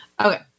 Okay